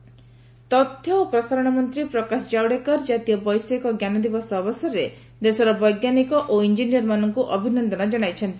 ଜାବଡେକର ତଥ୍ୟ ଓ ପ୍ରସାରଣ ମନ୍ତ୍ରୀ ପ୍ରକାଶ କାୱଡେକର ଜାତୀୟ ବୈଷୟିକ ଜ୍ଞାନ ଦିବସ ଅବସରରେ ଦେଶର ବୈଜ୍ଞାନିକ ଇଂଜିନିୟରମାନଙ୍କୁ ଅଭିନନ୍ଦନ ଜଣାଇଛନ୍ତି